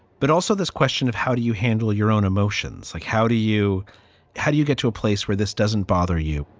but also this question of how do you handle your own emotions? like how do you how do you get to a place where this doesn't bother you?